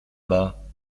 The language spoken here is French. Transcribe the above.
bas